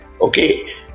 Okay